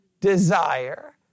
desire